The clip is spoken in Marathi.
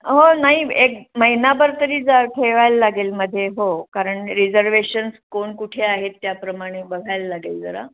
हो नाही एक महिनाभर तरी जा ठेवायला लागेल मध्ये हो कारण रिझर्वेशन्स कोण कुठे आहेत त्याप्रमाणे बघायला लागेल जरा